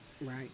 right